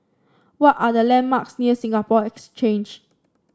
what are the landmarks near Singapore Exchange